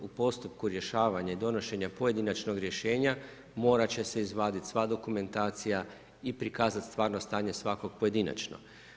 U postupku rješavanja i donošena pojedinačnog rješenja, morat će se izvaditi sva dokumentacija i prikazati stvarno stanje svakog pojedinačno.